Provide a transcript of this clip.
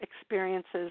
experiences